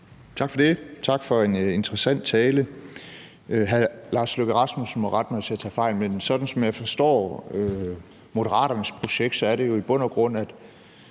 Tak for det. Tak for en interessant tale. Hr. Lars Løkke Rasmussen må rette mig, hvis jeg tager fejl. Men sådan som jeg forstår Moderaternes projekt, er det jo i bund og grund,